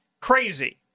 crazy